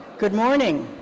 good morning.